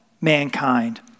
mankind